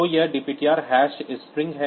तो यह dptr hash string है